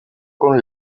con